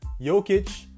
Jokic